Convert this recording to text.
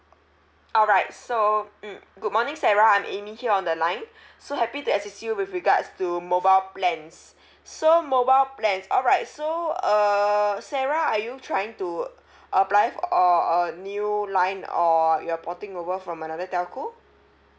alright so mm good morning sarah I'm amy here on the line so happy to assist you with regards to mobile plans so mobile plans alright so uh sarah are you trying to apply for a a new line or you're porting over from another telco